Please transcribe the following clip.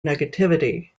negativity